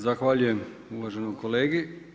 Zahvaljujem uvaženom kolegi.